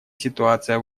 ситуация